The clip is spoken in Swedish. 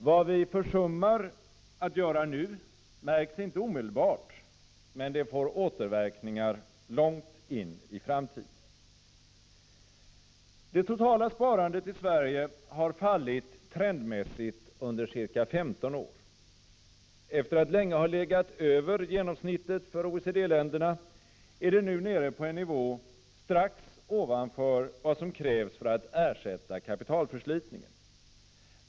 Vad vi försummar att göra nu märks inte omedelbart, men det får återverkningar långt in i framtiden. Det totala sparandet i Sverige har fallit trendmässigt under ca 15 år. Efter att länge ha legat över genomsnittet för OECD-länderna är det nu nere på en nivå strax ovanför vad som krävs för att ersätta kapitalförslitningen.